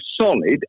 solid